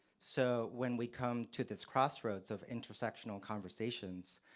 so, when we come to this crossroads of intersectional conversations,